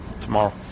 tomorrow